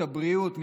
הבריאות,